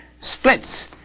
splits